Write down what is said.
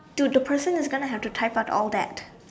dude the person is gonna have to type out all that